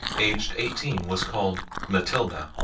aged eighteen, was called matilda.